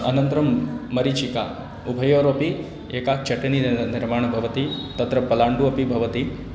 अनन्तरं मरीचिका उभयोरपि एका चटनि निर् निर्माणं भवति तत्र पलाण्डुः अपि भवति